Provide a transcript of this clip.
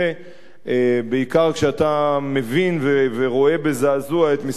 בעיקר כשאתה מבין ורואה בזעזוע את מספר הקורבנות